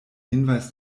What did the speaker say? hinweis